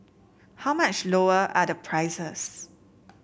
how much lower are the prices